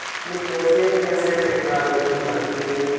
پھر جیسے جیسے ٹیکنالوجی بڑھتی گئی